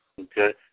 Okay